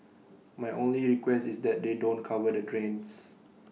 my only request is that they don't cover the drains